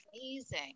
Amazing